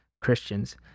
Christians